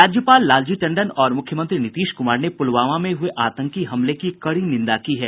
राज्यपाल लालजी टंडन और मुख्यमंत्री नीतीश कुमार ने पुलवामा में हुए आतंकी हमले की कड़ी निंदा की है